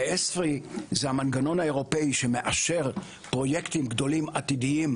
ESFRI זה המנגנון האירופי שמאשר פרויקטים גדולים עתידיים